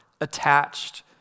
attached